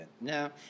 No